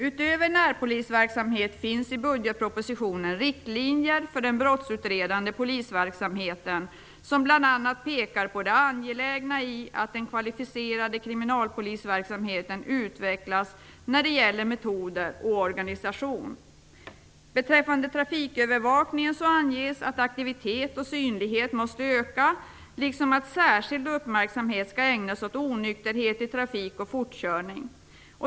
Utöver närpolisverksamhet finns i budgetpropositionen riktlinjer för den brottsutredande polisverksamheten, som bl.a. pekar på det angelägna i att den kvalificerade polisverksamheten utvecklas när det gäller metoder och organisation. Beträffande trafikövervakning anges att aktivitet och synlighet måste öka, liksom att särskild uppmärksamhet skall ägnas åt onykterhet i trafik och fortkörning.